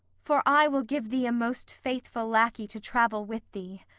for i will give thee a most faithful lackey to travel with thee!